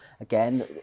again